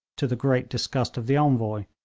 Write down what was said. to the great disgust of the envoy,